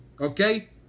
Okay